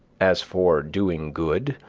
as for doing-good,